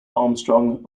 armstrong